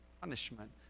punishment